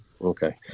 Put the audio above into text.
Okay